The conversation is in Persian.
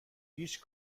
هیچ